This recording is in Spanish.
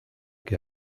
que